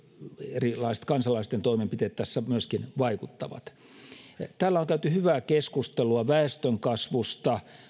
erilaiset kansalaisten toimenpiteet tässä myöskin vaikuttavat täällä on käyty hyvää keskustelua väestönkasvusta